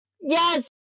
Yes